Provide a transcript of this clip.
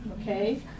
okay